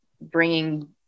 bringing